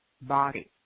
body